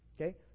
Okay